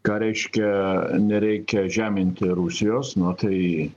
ką reiškia nereikia žeminti rusijos nu tai